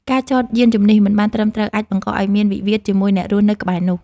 ការចតយានជំនិះមិនបានត្រឹមត្រូវ អាចបង្កឱ្យមានវិវាទជាមួយអ្នករស់នៅក្បែរនោះ។